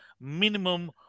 minimum